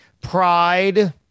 Pride